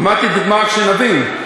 אמרתי דוגמה, רק שנבין.